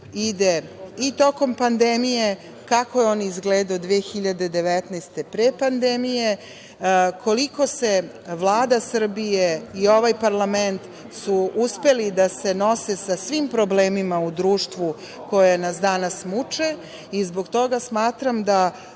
ide, i tokom pandemije, kako je on izgledao 2019. godine, pre pandemije, koliko su Vlada Srbije i ovaj parlament uspeli da se nose sa svim problemima u društvu koje nas danas muče i zbog toga smatram da